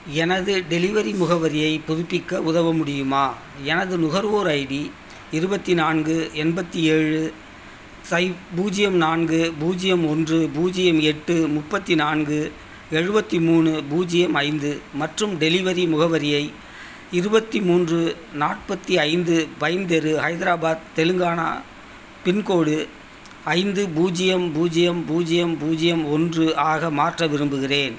எனது டெலிவரி முகவரியைப் புதுப்பிக்க உதவ முடியுமா எனது நுகர்வோர் ஐடி இருபத்தி நான்கு எண்பத்தி ஏழு சை பூஜ்யம் நான்கு பூஜ்யம் ஒன்று பூஜ்யம் எட்டு முப்பத்தி நான்கு எழுபத்தி மூணு பூஜ்யம் ஐந்து மற்றும் டெலிவரி முகவரியை இருபத்தி மூன்று நாற்பத்தி ஐந்து பைன் தெரு ஹைதராபாத் தெலுங்கானா பின்கோடு ஐந்து பூஜ்யம் பூஜ்யம் பூஜ்யம் பூஜ்யம் ஒன்று ஆக மாற்ற விரும்புகிறேன்